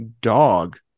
dog